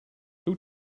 who